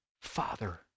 Father